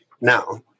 Now